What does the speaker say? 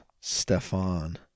Stefan